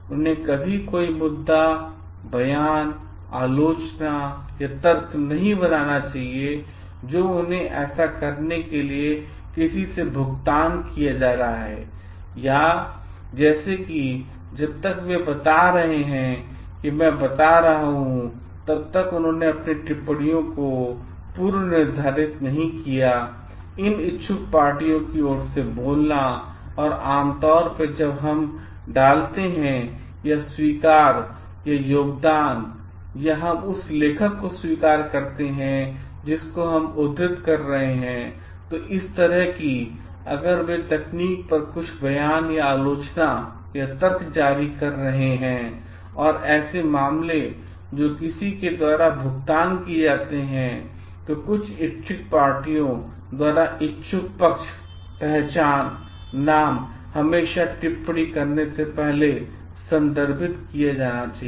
उन्हें कभी कोई मुद्दा बयान आलोचना या तर्क नहीं बनाना चाहिए जो उन्हें ऐसा करने के लिए किसी से भुगतान किया जा रहा है या जैसे कि जब तक वे बता रहे हैं कि मैं बता रहा हूं तब तक उन्होंने अपनी टिप्पणियों को पूर्व निर्धारित नहीं किया इन इच्छुक पार्टियों की ओर से बोलना और आम तौर पर जब हम डालते हैं स्वीकार या योगदान या हम उस लेखक को स्वीकार करते हैं जिससे हम उद्धृत कर रहे हैं इसी तरह अगर वे तकनीकी पर कुछ बयान आलोचना या तर्क जारी कर रहे हैं और ऐसे मामले जो किसी के द्वारा भुगतान किए जाते हैं तो कुछ इच्छुक पार्टियों द्वारा इच्छुक पक्ष पहचान नाम हमेशा टिप्पणी करने से पहले संदर्भित किया जाना चाहिए